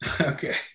Okay